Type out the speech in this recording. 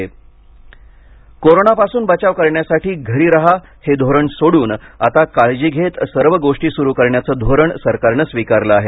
खरे कोरोनापासून बचाव करण्यासाठी घरी राहा हे धोरण सोडून आता काळजी घेत सर्व गोष्टी सूरु करण्याचं धोरण सरकारनं स्वीकारलं आहे